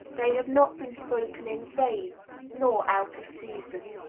they have not been spoken in vain nor out of season.